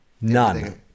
None